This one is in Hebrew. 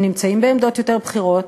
הם נמצאים בעמדות יותר בכירות,